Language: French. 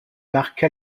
marqua